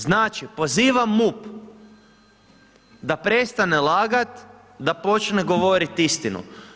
Znači pozivam MUP da prestane lagati, da počne govoriti istinu.